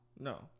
No